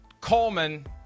Coleman